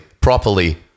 properly